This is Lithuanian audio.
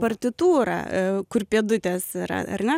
partitūrą kur pėdutės yra ar ne